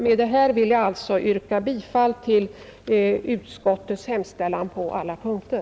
Med det anförda vill jag yrka bifall till utskottets hemställan på alla punkter,